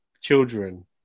children